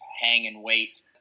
hang-and-wait